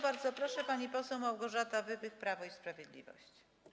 Bardzo proszę, pani poseł Małgorzata Wypych, Prawo i Sprawiedliwość.